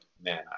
man